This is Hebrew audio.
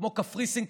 כמו קפריסין,